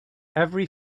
every